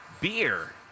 beer